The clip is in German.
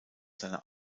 seiner